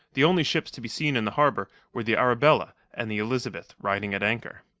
the only ships to be seen in the harbour were the arabella and the elizabeth riding at anchor,